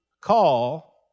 Call